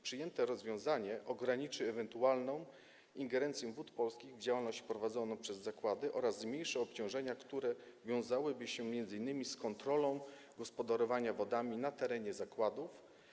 Przyjęte rozwiązanie ograniczy ewentualną ingerencję Wód Polskich w działalność prowadzoną przez zakłady oraz zmniejszy obciążenia, które wiązałyby się m.in. z kontrolą gospodarowania wodami na terenie zakładów.